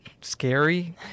scary